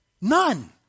None